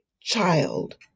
child